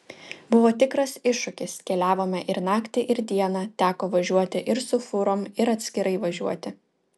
buvo tikras iššūkis keliavome ir naktį ir dieną teko važiuoti ir su fūrom ir atskirai važiuoti